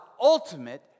ultimate